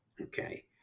okay